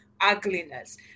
ugliness